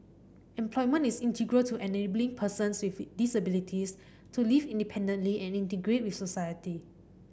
employment is integral to enabling persons with disabilities to live independently and integrate with society